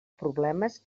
problemes